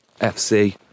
FC